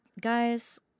Guys